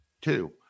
two